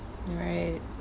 right